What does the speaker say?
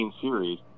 series